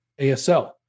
ASL